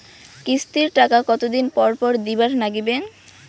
কিস্তির টাকা কতোদিন পর পর দিবার নাগিবে?